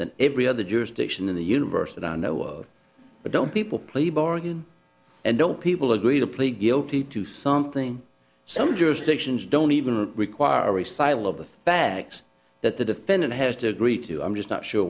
than every other jurisdiction in the universe that i know of but don't people plea bargain and don't people agree to plead guilty to something some jurisdictions don't even require a resale of the bags that the defendant has to agree to i'm just not sure